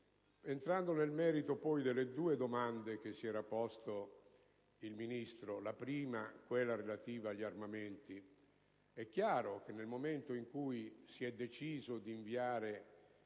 Entrando nel merito poi delle due domande che si era posto il Ministro, la prima delle quali è quella relativa agli armamenti, è chiaro che nel momento in cui si è deciso di inviare